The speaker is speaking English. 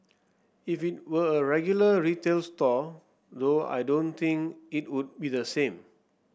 if it were a regular retail store though I don't think it would be the same